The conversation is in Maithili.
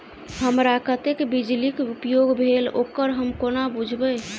हमरा कत्तेक बिजली कऽ उपयोग भेल ओकर हम कोना बुझबै?